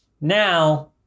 Now